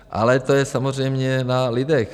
Ale to je samozřejmě na lidech.